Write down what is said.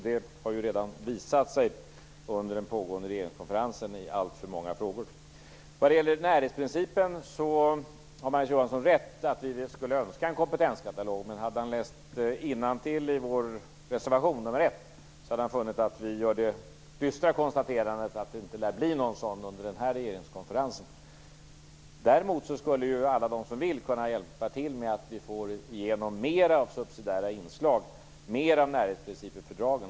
Det har redan visat sig i alltför många frågor under den pågående regeringskonferensen. Magnus Johansson har rätt i att vi skulle önska att det fanns en kompetenskatalog när det gäller närhetsprincipen. Men om han hade läst innantill i vår reservation nr 1 hade han funnit det dystra konstaterandet att det inte lär bli någon sådan under denna regeringskonferens. Däremot skulle alla som vill kunna hjälpa till att driva igenom flera inslag av subsidiaritet, mera av närhetsprincipen i fördragen.